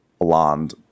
blonde